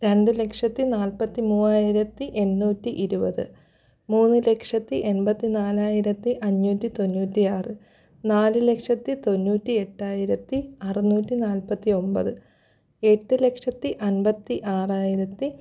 രണ്ടു ലക്ഷത്തി നാല്പത്തി മൂവായിരത്തി എണ്ണൂറ്റി ഇരുപത് മൂന്ന് ലക്ഷത്തി എൺപത്തി നാലായിരത്തി അഞ്ഞൂറ്റി തൊണ്ണൂറ്റിയാറ് നാല് ലക്ഷത്തി തൊണ്ണൂറ്റി എട്ടായിരത്തി അറുനൂറ്റി നാപ്പത്തിയൊൻപത് എട്ട് ലക്ഷത്തി അൻപത്തി ആറായിരത്തി